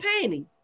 panties